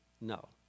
no